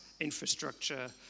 infrastructure